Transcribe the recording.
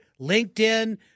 LinkedIn